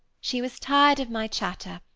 she was tired of my chatter,